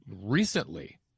recently